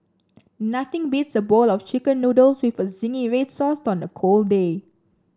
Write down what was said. nothing beats a bowl of chicken noodles with zingy red sauce on a cold day